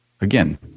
Again